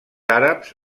àrabs